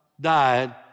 died